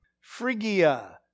Phrygia